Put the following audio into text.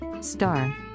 Star